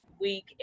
week